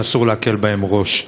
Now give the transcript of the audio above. ואסור להקל בהם ראש.